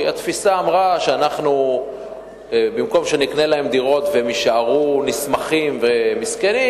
כי התפיסה אמרה: במקום שנקנה להם דירות והם יישארו נסמכים ומסכנים,